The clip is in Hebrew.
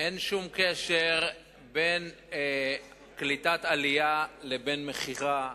אין שום קשר בין קליטת עלייה לבין מכירה.